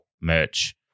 merch